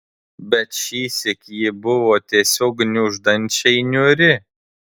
bet šįsyk ji buvo tiesiog gniuždančiai niūri